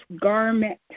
garment